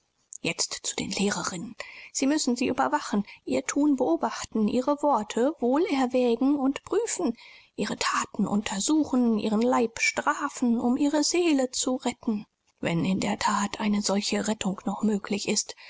jetzt zu den lehrerinnen sie müssen sie überwachen ihr thun beobachten ihre worte wohl erwägen und prüfen ihre thaten untersuchen ihren leib strafen um ihre seele zu retten wenn in der that eine solche rettung noch möglich ist